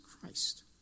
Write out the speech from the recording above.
Christ